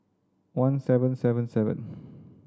one seven seven seven